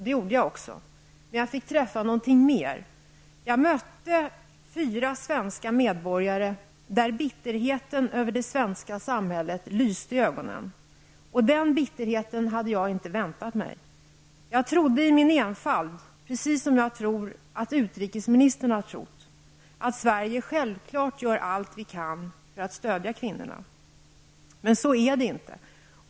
Det gjorde jag också. Men jag fick träffa något mer: Jag mötte fyra svenska medborgare, hos vilka bitterheten över det svenska samhället lyste i ögonen. Och den bitterheten hade jag inte väntat mig. Jag trodde i min enfald -- precis som jag tror att utrikesministern har trott -- att vi i Sverige självklart gör allt vad vi kan för att stödja kvinnorna. Men så är det inte.